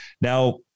Now